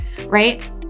right